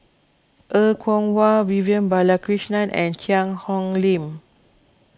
Er Kwong Wah Vivian Balakrishnan and Cheang Hong Lim